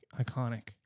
Iconic